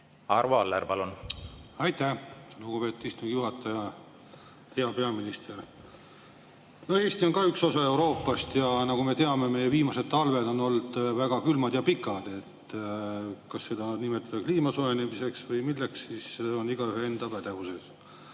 Arvo Aller, palun! Aitäh, lugupeetud istungi juhataja! Hea peaminister! Eesti on üks osa Euroopast ja nagu me teame, meie viimased talved on olnud väga külmad ja pikad. Kas seda nimetada kliima soojenemiseks või milleks, on igaühe enda pädevuses. Teie